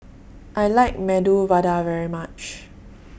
I like Medu Vada very much